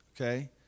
okay